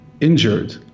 injured